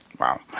Wow